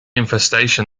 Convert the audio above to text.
infestation